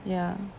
ya